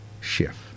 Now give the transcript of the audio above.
Schiff